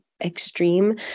extreme